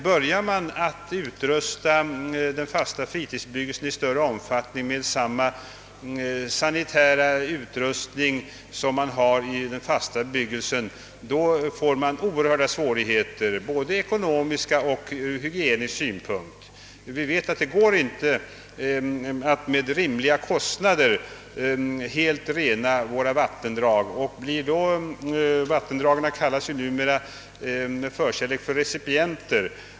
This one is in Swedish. Börjar man att i större omfattning ge den fasta fritidsbebyggelsen samma sanitära utrustning som man har i den fasta bebyggelsen, får man oerhörda svårigheter ur både ekonomisk och hygienisk synpunkt. Vi vet att det inte går att med rimliga kostnader helt rena våra vattendrag. Numera kallar man ju vattendragen med förkärlek för recipienter.